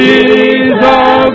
Jesus